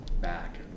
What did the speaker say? back